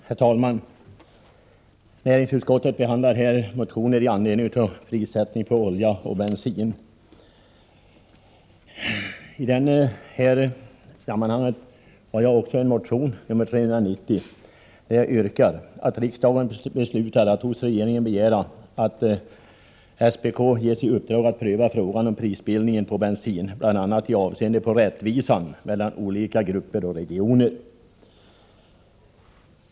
Herr talman! Näringsutskottet behandlar i detta betänkande motioner angående prissättningen på olja och bensin. I detta sammanhang har också jag en motion, 390, där jag yrkar att riksdagen hos regeringen begär att SPK ges i uppdrag att pröva frågan om prisbildningen på bensin, bl.a. i avseende på rättvisan mellan olika grupper och regioner.